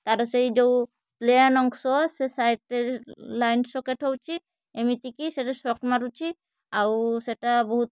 ତାର ସେଇ ଯେଉଁ ପ୍ଲେନ୍ ଅଂଶ ସେ ସାଇଡ଼୍ରେ ଲାଇନ୍ ସକେଟ୍ ହେଉଛି ଏମିତି କି ସେଠୁ ସକ୍ ମାରୁଛି ଆଉ ସେଇଟା ବହୁତ